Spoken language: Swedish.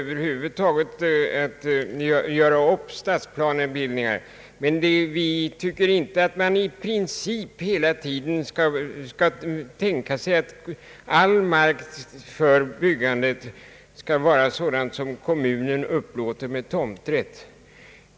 Vi anser det dock inte i princip riktigt att all mark för byggande hädanefter skall upplåtas av kommunerna mot tomträtt.